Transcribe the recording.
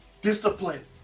discipline